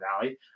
valley